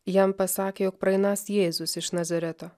jam pasakė jog praeinąs jėzus iš nazareto